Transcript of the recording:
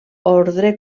ordre